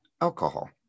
alcohol